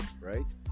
right